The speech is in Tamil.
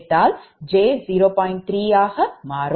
3 ஆக மாறும்